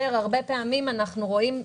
הרבה פעמים אנחנו רואים,